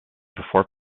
before